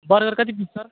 burger कति piece sir